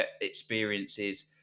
experiences